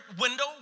window